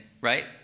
right